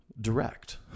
direct